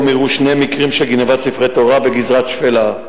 אירעו שני מקרים של גנבת ספרי תורה בגזרת שפלה.